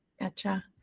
Gotcha